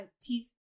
teeth